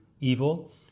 evil